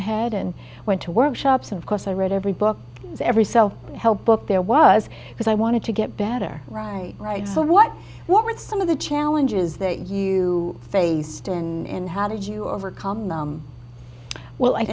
ahead and went to workshops and of course i read every book every self help book there was because i wanted to get better right right so what were some of the challenges that you faced and how did you overcome them well